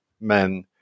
men